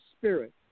spirit